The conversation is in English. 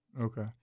okay